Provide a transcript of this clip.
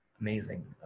amazing